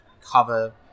cover